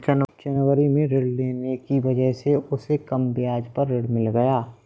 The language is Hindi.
जनवरी में ऋण लेने की वजह से उसे कम ब्याज पर ऋण मिल गया